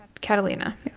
Catalina